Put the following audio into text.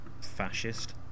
fascist